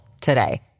today